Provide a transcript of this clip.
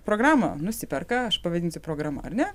programą nusiperka aš pavadinsiu programa ar ne